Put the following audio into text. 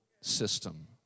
system